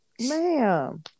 Ma'am